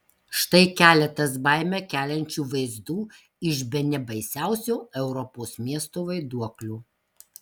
štai keletas baimę keliančių vaizdų iš bene baisiausio europos miesto vaiduoklio